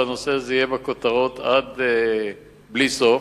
והנושא הזה יהיה בכותרות עד בלי סוף.